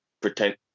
pretend